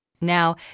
Now